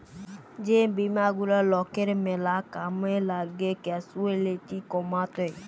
যে বীমা গুলা লকের ম্যালা কামে লাগ্যে ক্যাসুয়ালটি কমাত্যে